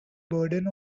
burden